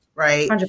Right